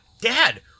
dad